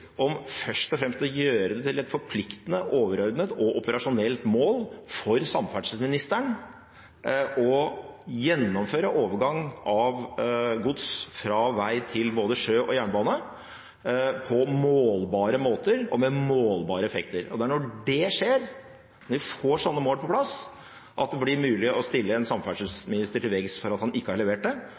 om først og fremst å gjøre det til et forpliktende, overordnet og operasjonelt mål for samferdselsministeren å gjennomføre overgang av gods fra vei til både sjø og jernbane, på målbare måter og med målbare effekter. Det er når dét skjer, når vi får slike mål på plass, at det blir mulig å stille en samferdselsminister til veggs for at han ikke har levert det,